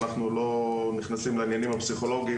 אנחנו לא נכנסים לעניינים הפסיכולוגיים